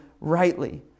rightly